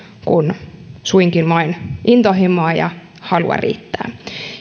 kuin suinkin vain intohimoa ja halua riittää